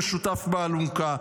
ויש כאלה שלא נושאים במשותף באלונקה.